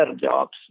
jobs